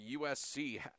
USC